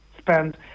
spend